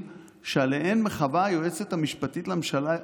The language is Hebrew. שעליהם מחווה היועצת המשפטית לממשלה,